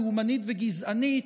לאומנית וגזענית,